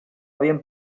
bien